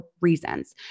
reasons